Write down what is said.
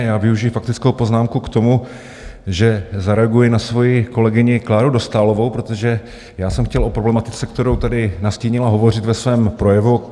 Já využiji faktickou poznámku k tomu, že zareaguji na svoji kolegyni Kláru Dostálovou, protože já jsem chtěl o problematice, kterou tady nastínila, hovořit ve svém projevu.